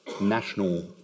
national